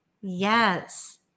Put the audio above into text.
yes